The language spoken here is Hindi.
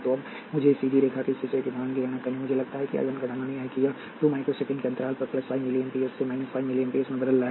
तो अब मुझे सीधी रेखा के इस हिस्से की ढलान की गणना करनी है मुझे लगता है कि I 1 का ढलान यह है कि यह 2 माइक्रो सेकेंड के अंतराल पर 5 मिली एएमपीएस से 5 मिली एएमपीएस में बदल रहा है